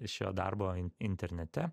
šio darbo internete